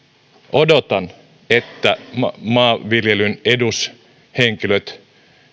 odotan että maanviljelyn edushenkilöt